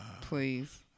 Please